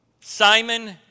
Simon